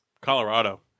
Colorado